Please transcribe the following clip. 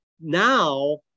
now